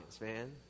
man